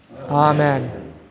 Amen